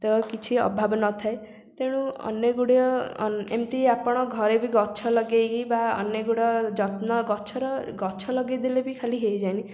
ତ କିଛି ଅଭାବ ନଥାଏ ତେଣୁ ଅନେକ ଗୁଡ଼ିଏ ଏମିତି ଆପଣ ଘରେ ଗଛ ବି ଲଗେଇକି ବା ଅନେକ ଗୁଡ଼ିଏ ଯତ୍ନ ଗଛର ଗଛ ଲଗେଇ ଦେଲେ ବି ଖାଲି ହେଇଯାଏନି